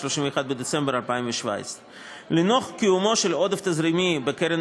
31 בדצמבר 2017. לנוכח קיומו של עודף תזרימי בקרן